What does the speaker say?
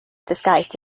disguised